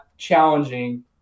challenging